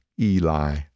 Eli